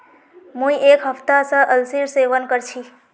मुई एक हफ्ता स अलसीर सेवन कर छि